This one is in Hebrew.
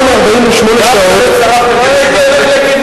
יער שלם שרפתם כדי שידברו אתו.